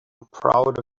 proud